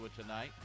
Tonight